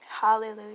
hallelujah